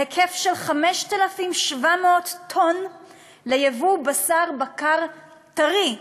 בהיקף של 5,700 טון לייבוא בשר בקר טרי,